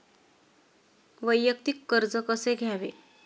वैयक्तिक कर्ज कसे घ्यावे?